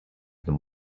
them